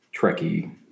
Trekkie